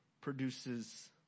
produces